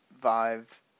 vive